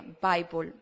Bible